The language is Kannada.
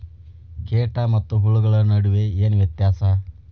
ಕೇಟ ಮತ್ತು ಹುಳುಗಳ ನಡುವೆ ಏನ್ ವ್ಯತ್ಯಾಸ?